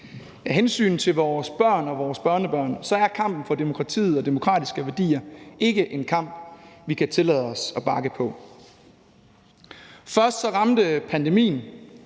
Af hensyn til vores børn og børnebørn er kampen for demokratiet og demokratiske værdier ikke en kamp, vi kan tillade os at bakke på. Først ramte pandemien,